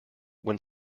when